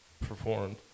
performed